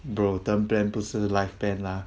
bro term plan 不是 life plan lah